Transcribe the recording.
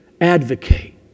Advocate